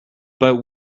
but